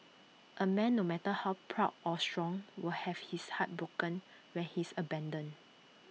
A man no matter how proud or strong will have his heart broken when he is abandoned